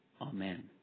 Amen